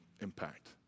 impact